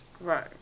Right